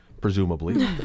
presumably